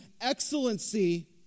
excellency